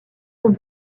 sont